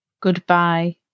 goodbye